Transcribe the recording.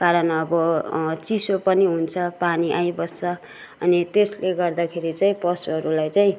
कारण अब चिसो पनि हुन्छ पानी आइबस्छ अनि त्यसले गर्दाखेरि चाहिँ पशुहरूलाई चाहिँ